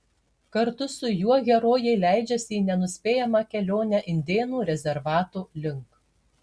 kartu su juo herojė leidžiasi į nenuspėjamą kelionę indėnų rezervato link